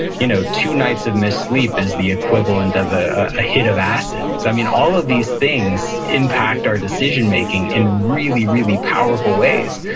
you know two nights of missed sleep is the equivalent of a ah hit of acid. so all of these things impact our decision-making in really, really powerful ways.